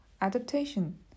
Adaptation